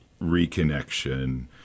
reconnection